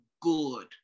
good